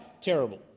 terrible